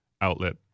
outlet